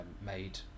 made